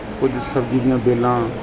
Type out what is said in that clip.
ਕੁਝ ਸਬਜ਼ੀ ਦੀਆਂ ਬੇਲਾਂ